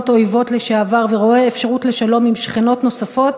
אויבות לשעבר ורואה אפשרות לשלום עם שכנות נוספות,